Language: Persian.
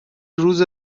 روز